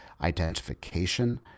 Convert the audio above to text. identification